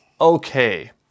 okay